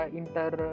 inter